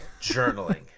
journaling